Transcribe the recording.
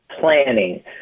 Planning